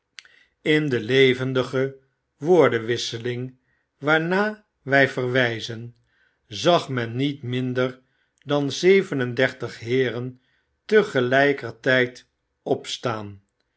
in de levendige woordenwisseling waarnaar wg verwijzen zag men niet minder dan zeven en dertig heeren tegeiykertyd opstaan